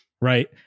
Right